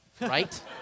Right